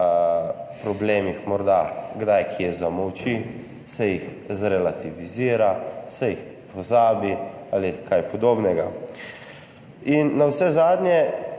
problemih morda kdaj kje zamolči, se jih relativizira, se jih pozabi ali kaj podobnega. Navsezadnje